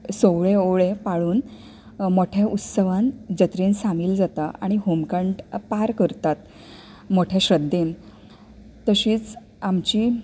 सोवळें ओवळें पाळून मोट्या उत्सवान जत्रेन सामील जातात आनी होमखंड पार करतात मोट्या श्रद्धेन तशेंच आमचें